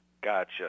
Gotcha